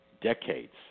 decades